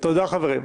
תודה, חברים.